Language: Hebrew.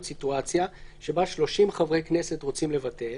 סיטואציה שבה 30 חברי כנסת רוצים לבטל,